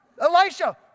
Elisha